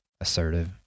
assertive